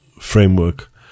framework